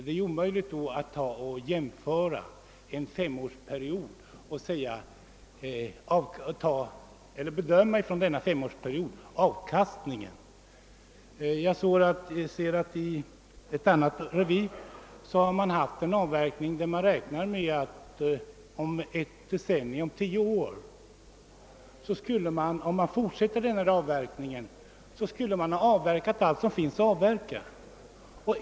Det är då omöjligt att på grundval av en femårsperiod bedöma avkastningen. I ett revir har man haft en sådan avverkning, att allt som finns att avverka skulle vara taget om tio år, om avverkningstakten bibehölls.